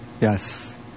Yes